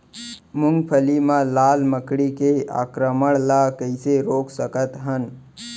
मूंगफली मा लाल मकड़ी के आक्रमण ला कइसे रोक सकत हन?